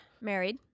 married